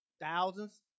thousands